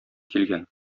килгән